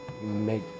make